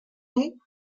nous